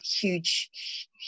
huge